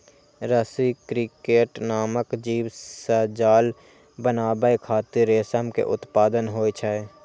रसी क्रिकेट नामक जीव सं जाल बनाबै खातिर रेशम के उत्पादन होइ छै